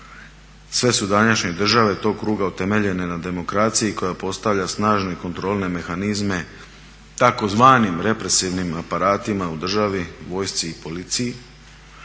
Sve su današnje države tog kruga utemeljene na demokraciji koja postavlja snažne kontrolne mehanizme tzv. represivnim aparatima u državi, vojsci i policiji